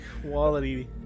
Quality